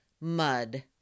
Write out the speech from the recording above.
mud